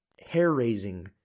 hair-raising